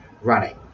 running